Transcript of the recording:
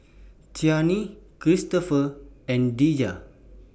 Chanie Christop and Deja